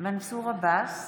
מנסור עבאס,